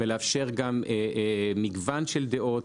ולאפשר גם מגוון של דעות,